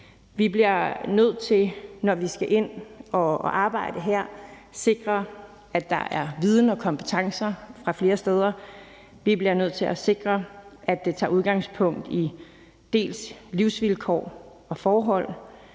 Vi bliver nødt til, når vi skal ind og arbejde her, at sikre, at der er viden og kompetencer fra flere steder, og vi bliver nødt til at sikre, at det tager udgangspunkt i dels livsvilkår og i forhold,